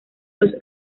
los